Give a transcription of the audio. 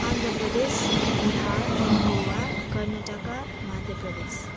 Andhra Pradesh Bihar Goa Karnataka Madhya Pradesh